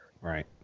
Right